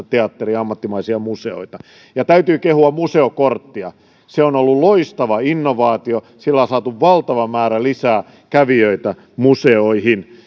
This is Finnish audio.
teatteria ammattimaisia museoita täytyy kehua museokorttia se on ollut loistava innovaatio sillä on on saatu valtava määrä lisää kävijöitä museoihin